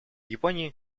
японии